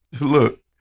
look